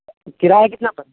کرایہ کتنا